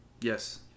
Yes